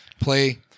play